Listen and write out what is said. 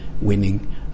winning